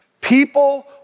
People